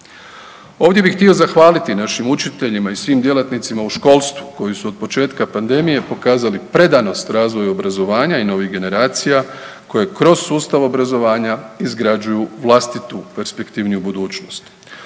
Ovdje bih htio zahvaliti našim učiteljima i svim djelatnicima u školstvu, koji su od početka pandemije pokazali predanost razvoju obrazovanja i novih generacija koji kroz sustav obrazovanja izgrađuju vlastitu perspektivniju budućnost.